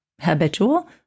habitual